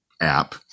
app